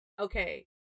okay